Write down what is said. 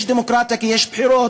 יש דמוקרטיה כי יש בחירות,